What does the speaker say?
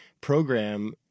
program